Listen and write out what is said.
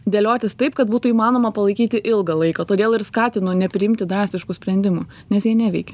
dėliotis taip kad būtų įmanoma palaikyti ilgą laiką todėl ir skatinu nepriimti drastiškų sprendimų nes jie neveikia